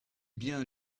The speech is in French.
bien